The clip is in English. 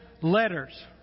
letters